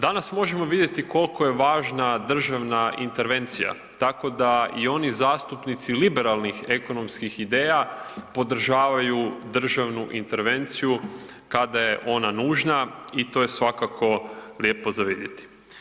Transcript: Danas možemo vidjeti koliko je važna državna intervencija, tako da i oni zastupnici liberalnih ekonomskih ideja, podržavaju državnu intervenciju kada je ona nužna i to je svakako lijepo za vidjeti.